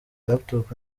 laptop